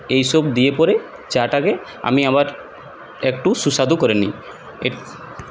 এইসব দিয়ে পরে চাটাকে আমি আবার একটু সুস্বাদু করে নিই